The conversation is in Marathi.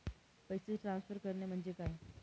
पैसे ट्रान्सफर करणे म्हणजे काय?